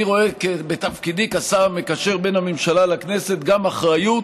אני רואה בתפקידי כשר המקשר בין הממשלה לכנסת גם אחריות